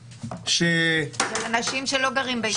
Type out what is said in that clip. של אנשים שלא גרים בישראל.